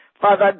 Father